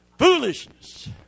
Foolishness